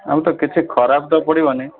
ଆମର ତ କିଛି ଖରାପ ତ ପଡ଼ିବନି